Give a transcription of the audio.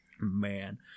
Man